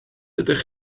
ydych